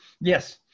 yes